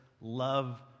love